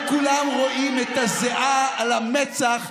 וכולם רואים את הזיעה על המצח,